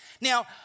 Now